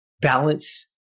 Balance